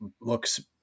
looks